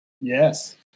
Yes